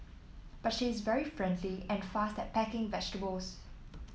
but she is very friendly and fast at packing vegetables